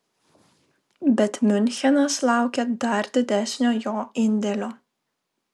bet miunchenas laukia dar didesnio jo indėlio